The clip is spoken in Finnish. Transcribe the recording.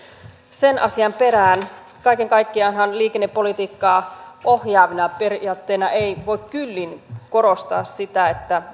sen asian perään kaiken kaikkiaanhan liikennepolitiikkaa ohjaavana periaatteena ei voi kyllin korostaa sitä että